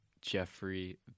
Jeffrey